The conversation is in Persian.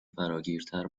فراگیرتر